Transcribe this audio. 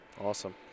Awesome